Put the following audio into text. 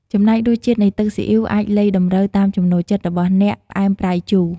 ចំណែករសជាតិនៃទឹកស៊ីអុីវ អាចលៃតម្រូវតាមចំណូលចិត្តរបស់អ្នក ផ្អែម ប្រៃ ជូរ។